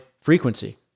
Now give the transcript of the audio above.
frequency